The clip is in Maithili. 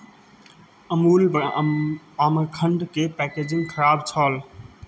अमूल ब्रा आम्रखण्डके पैकेजिंग खराब छल